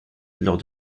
lors